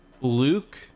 Luke